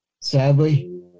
sadly